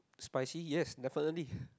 spicy yes definitely